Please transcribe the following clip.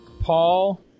Paul